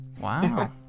wow